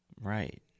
Right